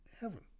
heaven